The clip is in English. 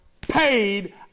paid